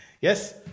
Yes